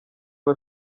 aba